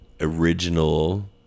original